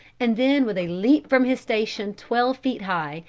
and then with a leap from his station twelve feet high,